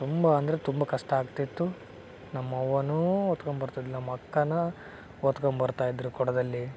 ತುಂಬ ಅಂದರೆ ತುಂಬ ಕಷ್ಟ ಆಗ್ತಿತ್ತು ನಮ್ಮ ಅವ್ವನೂ ಹೊತ್ಕೊಂಬರ್ತಿದ್ಲು ನಮ್ಮ ಅಕ್ಕನೂ ಹೊತ್ಕೊಂಬರ್ತಾ ಇದ್ದರು ಕೊಡದಲ್ಲಿ